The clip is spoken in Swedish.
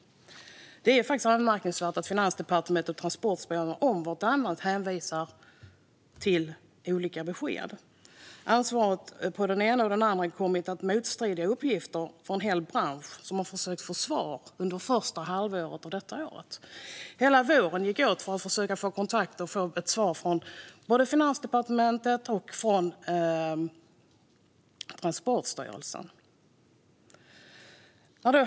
Det är faktiskt anmärkningsvärt att Finansdepartementet och Transportstyrelsen om vartannat hänvisar till olika besked. Det har kommit motstridiga uppgifter till en hel bransch, som har försökt att få svar under det första halvåret i år. Hela våren gick åt till att försöka få kontakt med och ett svar från Finansdepartementet och Transportstyrelsen.